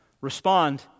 Respond